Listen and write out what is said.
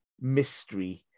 mystery